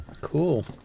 Cool